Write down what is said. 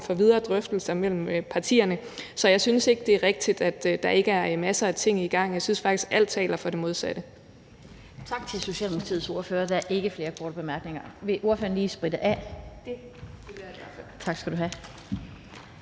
for videre drøftelser mellem partierne. Så jeg synes ikke, det er rigtigt, at der ikke er masser af ting i gang. Jeg synes faktisk, at alt taler for det modsatte.